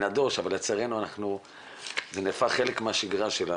נדוש אבל לצערנו זה נהפך לחלק מהשגרה שלנו.